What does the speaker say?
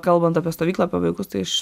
kalbant apie stovyklą apie vaikus tai aš